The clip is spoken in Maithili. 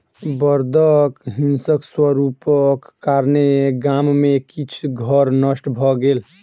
बड़दक हिंसक स्वरूपक कारणेँ गाम में किछ घर नष्ट भ गेल